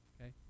okay